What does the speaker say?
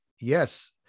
Yes